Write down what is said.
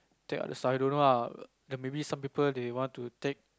take other stuff I don't know ah maybe some other people they want to take